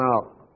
out